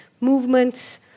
movements